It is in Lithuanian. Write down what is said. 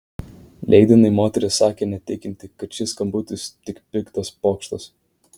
leidiniui moteris sakė netikinti kad šis skambutis tik piktas pokštas